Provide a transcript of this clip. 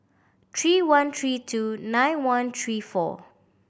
three one three two nine one three four